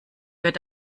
wird